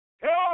Help